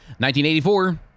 1984